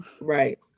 Right